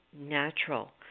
natural